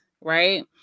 right